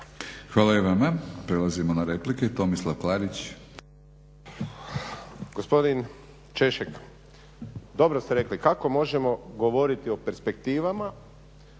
Hvala i vama. Prelazimo na replike, Tomislav Klarić.